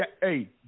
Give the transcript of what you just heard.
hey